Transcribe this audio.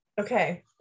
Okay